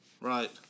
Right